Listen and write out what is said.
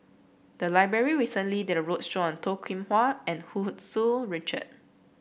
the library recently did a roadshow on Toh Kim Hwa and Hu Tsu Tau Richard